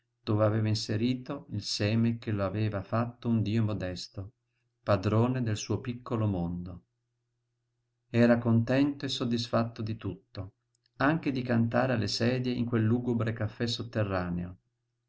dove aveva inserito il seme che l'aveva fatto un dio modesto padrone del suo piccolo mondo era contento e soddisfatto di tutto anche di cantare alle sedie in quel lugubre caffè sotterraneo